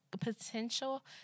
potential